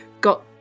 got